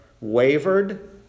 wavered